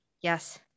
Yes